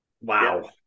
wow